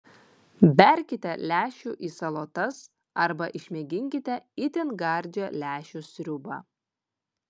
berkite lęšių į salotas arba išmėginkite itin gardžią lęšių sriubą